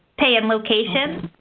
pay and location,